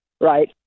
right